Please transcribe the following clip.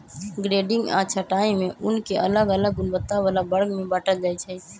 grading आऽ छँटाई में ऊन के अलग अलग गुणवत्ता बला वर्ग में बाटल जाइ छइ